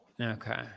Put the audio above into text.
Okay